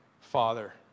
Father